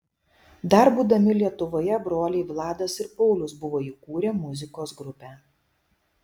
dar būdami lietuvoje broliai vladas ir paulius buvo įkūrę muzikos grupę